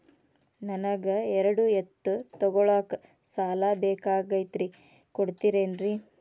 ನನಗ ಎರಡು ಎತ್ತು ತಗೋಳಾಕ್ ಸಾಲಾ ಬೇಕಾಗೈತ್ರಿ ಕೊಡ್ತಿರೇನ್ರಿ?